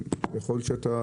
הסתייגות